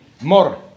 more